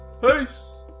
Peace